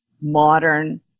modern